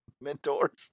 mentors